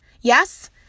Yes